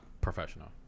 professional